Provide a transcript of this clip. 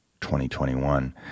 2021